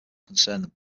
concerned